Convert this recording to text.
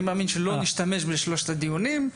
אני מאמין שלא נשתמש בשלושת הדיונים.